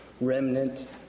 remnant